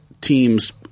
team's